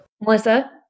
Melissa